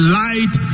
light